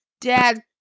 dad